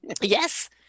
Yes